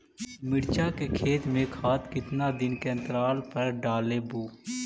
मिरचा के खेत मे खाद कितना दीन के अनतराल पर डालेबु?